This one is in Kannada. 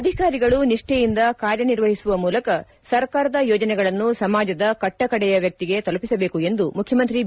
ಅಧಿಕಾರಿಗಳು ನಿಷ್ಠೆಯಿಂದ ಕಾರ್ಯನಿರ್ವಹಿಸುವ ಮೂಲಕ ಸರ್ಕಾರದ ಯೋಜನೆಗಳನ್ನು ಸಮಾಜದ ಕಟ್ಟಕಡೆಯ ವ್ಯಕ್ತಿಗೆ ತಲುಪಿಸಬೇಕು ಎಂದು ಮುಖ್ಯಮಂತ್ರಿ ಬಿ